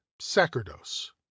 sacerdos